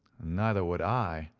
neither would i,